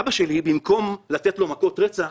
אבא שלי, במקום לתת לו מכות רצח,